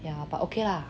yeah but okay lah